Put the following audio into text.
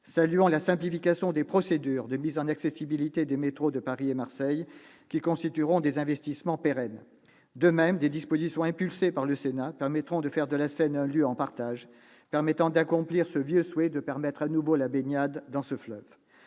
Saluons la simplification des procédures de mise en accessibilité des métros de Paris et de Marseille, qui constitueront des investissements pérennes. De même, grâce à des dispositions impulsées par le Sénat, il sera possible de faire de la Seine un lieu en partage, permettant d'accomplir ce vieux souhait de permettre à nouveau la baignade dans ce fleuve.